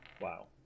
wow